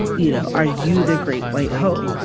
you know, are you the great white hope?